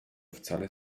wcale